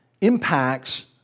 impacts